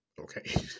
Okay